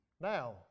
Now